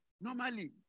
normally